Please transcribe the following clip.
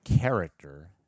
character